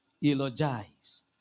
Eulogize